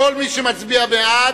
כל מי שמצביע בעד,